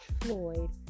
Floyd